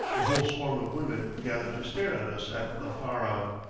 a whole swarm of women gather to stare at us at lafaram.